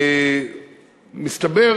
מסתבר